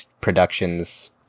productions